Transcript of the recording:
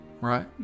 right